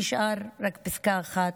נשאר רק פסקה אחת.